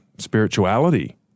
spirituality